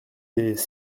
des